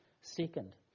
second